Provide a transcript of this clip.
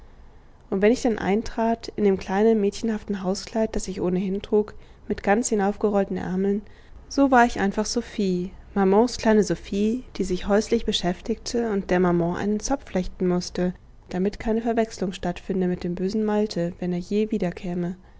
und wenn ich dann eintrat in dem kleinen mädchenhaften hauskleid das ich ohnehin trug mit ganz hinaufgerollten armeln so war ich einfach sophie mamans kleine sophie die sich häuslich beschäftigte und der maman einen zopf flechten mußte damit keine verwechslung stattfinde mit dem bösen malte wenn er je